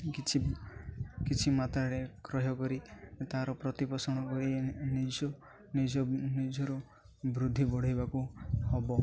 କିଛି କିଛି ମାତ୍ରାରେ କ୍ରୟ କରି ତା'ର ପ୍ରତିପୋଷଣ କରି ନିଜ ନିଜ ନିଜର ବୃଦ୍ଧି ବଢ଼ାଇବାକୁ ହବ